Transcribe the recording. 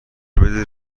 بدهید